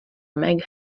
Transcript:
meg